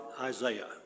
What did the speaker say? Isaiah